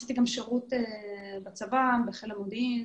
עשיתי גם שירות בצבא בחיל המודיעין,